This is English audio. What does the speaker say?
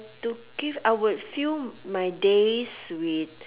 to give I would fill my days with